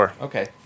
Okay